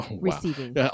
receiving